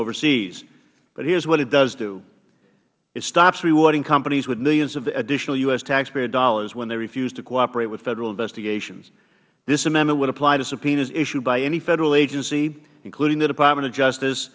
overseas but what it does do is stop rewarding companies with millions of additional u s taxpayer dollars when they refuse to cooperate with federal investigations this amendment would apply to subpoenas issued by any federal agency including the department of justice